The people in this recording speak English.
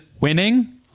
winning